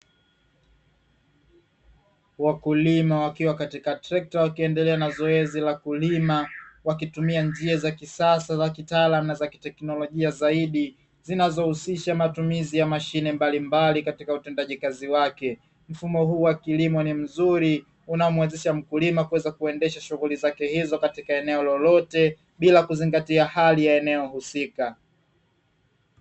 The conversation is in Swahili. Wakulima wakiwa katika trekta wakiendelea na zoezi la kulima, wakitumia njia za kisasa za kitaalam na za teknolojia zaidi zinazohusisha matumizi ya mashine mbalimbali katika utendaji kazi wake. Mfumo huu wa kilimo ni mzuri unamwezesha mkulima kuweza kuendesha shughuli zake hizo katika eneo lolote bila kuzingatia hali ya eneo husika.